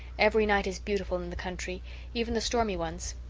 every night is beautiful in the country even the stormy ones.